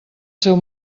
seu